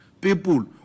people